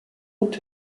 out